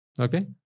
okay